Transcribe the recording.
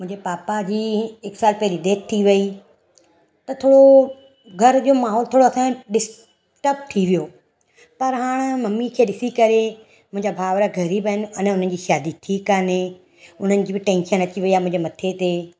मुंहिंजे पापा जी हिकु साल पहिरियों डेथ थी वई त थोरो घर जो माहोल थोरो असांजो डिस्टब थी वियो पर हाणे मम्मी खे ॾिसी करे मुंंहिंजा भाउर ग़रीब आहिनि अञा मुंहिंजी शादी थी कोन्हे उन्हनि जी बि टेंशन अची वई आहे मुंहिंजे मथे ते